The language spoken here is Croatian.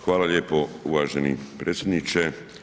Hvala lijepo uvaženi predsjedniče.